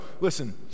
listen